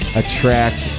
attract